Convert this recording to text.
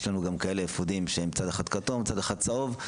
יש לנו גם כאלה אפודים שהם מצד אחד כתום ומצד אחד צהוב,